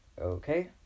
Okay